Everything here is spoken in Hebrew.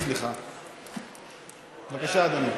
בבקשה, אדוני.